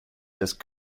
just